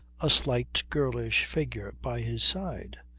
a slight girlish figure by his side.